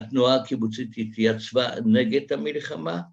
התנועה הקיבוצית התייצבה נגד המלחמה